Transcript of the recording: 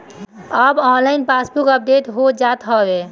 अब online passbook update हो जात हवे